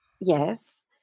Yes